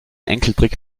enkeltrick